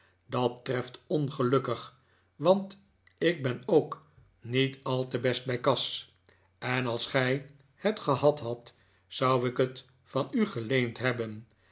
dat treft ongelukkig want ik ben ook niet al te best bij kas en als gij het gehad hadt zou ik het van u geleend hebben